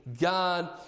God